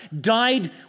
died